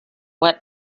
what